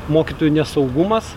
mokytojų nesaugumas